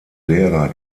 lehrer